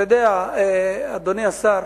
אדוני השר,